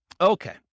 Okay